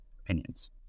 opinions